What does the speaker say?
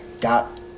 got